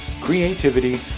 creativity